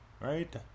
right